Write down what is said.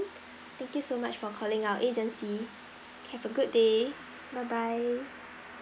thank you so much for calling our agency have a good day bye bye